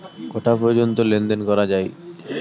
কটা পর্যন্ত লেন দেন করা য়ায়?